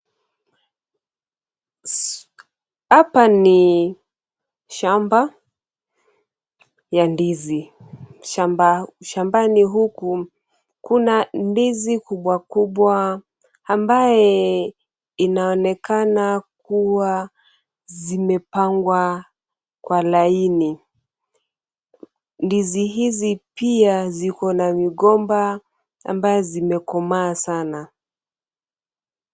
Hapa ni shamba ya ndizi. Shambani huku kuna ndizi kubwa kubwa ambaye inaonekana kuwa zimepangwa kwa laini . Ndizi hizi pia ziko na migomba ambaye zimekomaa sana.